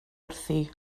wrthi